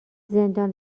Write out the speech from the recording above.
زندان